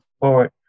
forward